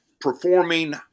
performing